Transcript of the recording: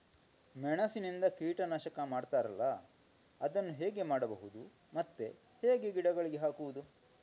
ಮೆಣಸಿನಿಂದ ಕೀಟನಾಶಕ ಮಾಡ್ತಾರಲ್ಲ, ಅದನ್ನು ಹೇಗೆ ಮಾಡಬಹುದು ಮತ್ತೆ ಹೇಗೆ ಗಿಡಗಳಿಗೆ ಹಾಕುವುದು?